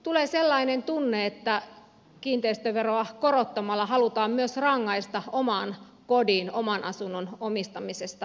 tulee sellainen tunne että kiinteistöveroa korottamalla halutaan myös rangaista oman kodin oman asunnon omistamisesta